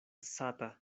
sata